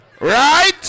Right